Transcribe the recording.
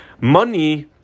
money